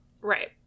Right